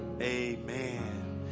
amen